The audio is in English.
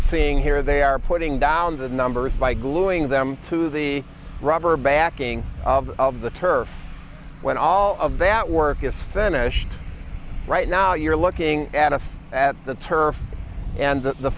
seeing here they are putting down the numbers by gluing them to the rubber backing of of the turf when all of that work is finished right now you're looking at it at the turf and the